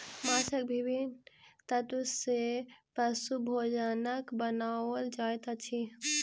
माँछक विभिन्न तत्व सॅ पशु भोजनक बनाओल जाइत अछि